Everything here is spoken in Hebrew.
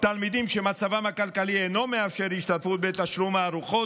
תלמידים שמצבם הכלכלי אינו מאפשר השתתפות בתשלום הארוחות,